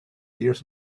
ears